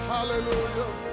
Hallelujah